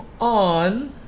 on